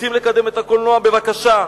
רוצים לקדם את הקולנוע, בבקשה.